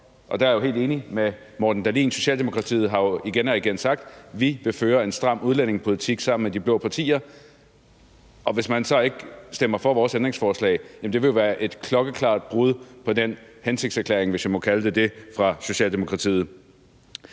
Og der er jeg jo helt enig med hr. Morten Dahlin; Socialdemokratiet har jo igen og igen sagt, at man vil føre en stram udlændingepolitik sammen med de blå partier, og hvis man så ikke stemmer for vores ændringsforslag, vil det jo være et klokkeklart brud på den hensigtserklæring, hvis jeg må kalde den det, fra Socialdemokratiet.